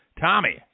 Tommy